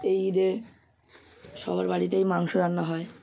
এই ঈদে সবার বাড়িতেই মাংস রান্না হয়